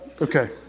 Okay